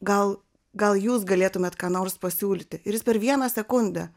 gal gal jūs galėtumėt ką nors pasiūlyti ir jis per vieną sekundę